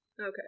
okay